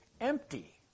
empty